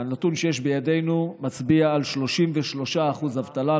הנתון שיש בידנו מצביע על 33% אבטלה,